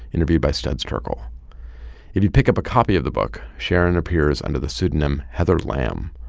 interviewed by studs terkel. if you pick up a copy of the book, sharon appears under the pseudonym heather lamb.